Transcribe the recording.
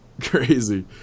Crazy